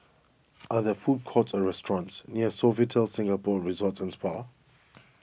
are there food courts or restaurants near Sofitel Singapore Resort and Spa